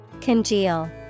Congeal